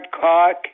cock